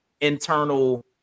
internal